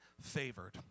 favored